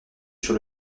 sur